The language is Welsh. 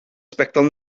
sbectol